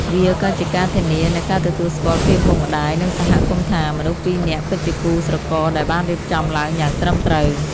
វាក៏ជាការធានានូវការទទួលស្គាល់ពីឪពុកម្ដាយ និងសហគមន៍ថា មនុស្សពីរនាក់ពិតជាគូស្រករដែលបានរៀបចំឡើងយ៉ាងត្រឹមត្រូវ។